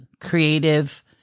creative